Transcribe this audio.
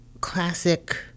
classic